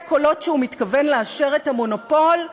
קולות שהוא מתכוון לאשר את המונופול,